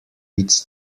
its